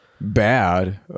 bad